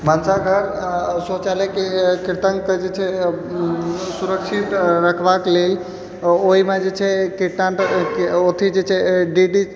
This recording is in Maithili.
भनसाघर आ शौचालयके कृतङ्कके जे छै सुरक्षित रखबाक लेल ओहिमे जे छै